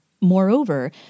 Moreover